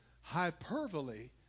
hyperbole